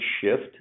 shift